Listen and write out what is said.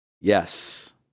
Yes